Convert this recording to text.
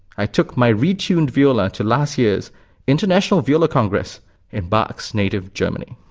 i took my retuned viola to last year's international viola congress in bach's native germany.